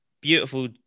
beautiful